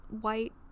white